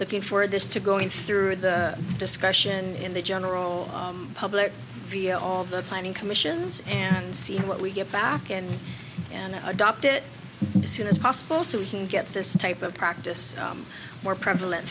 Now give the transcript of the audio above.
looking for this to going through the discussion in the general public via all the planning commissions and see what we get back in and adopt it as soon as possible so we can get this type of practice more prevalent